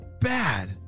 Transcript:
bad